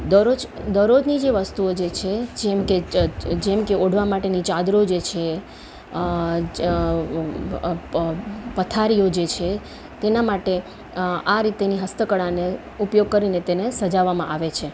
દરરોજ દરરોજની જે વસ્તુઓ જે છે જેમકે જેમકે ઓઢવા માટેની ચાદરો જે છે પથારીઓ જે છે તેના માટે આ રીતેની હસ્તકળાને ઉપયોગ કરીને તેને સજાવવામાં આવે છે